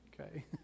Okay